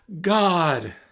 God